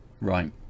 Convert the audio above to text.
Right